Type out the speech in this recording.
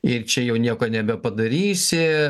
ir čia jau nieko nebepadarysi